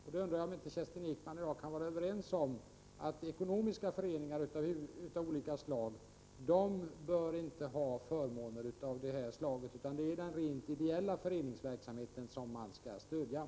Jag undrar om inte Kerstin Ekman och jag kan vara överens om att ekonomiska föreningar av olika slag inte bör ha förmåner av denna typ. Det är den rent ideella föreningsverksamheten som skall stödjas.